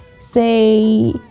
say